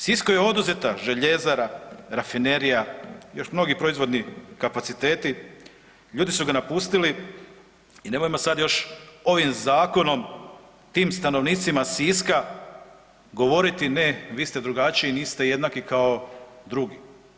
Sisku je oduzeta željezara, rafinerija i još mnogi proizvodni kapaciteti, ljudi su ga napustili i nemojmo sad još ovim zakonom tim stanovnicima Siska govoriti ne vi ste drugačiji niste jednaki kao drugi.